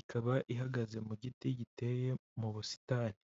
ikaba ihagaze mu giti giteye mu busitani.